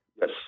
Yes